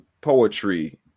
poetry